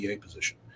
position